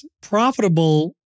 profitable